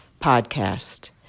podcast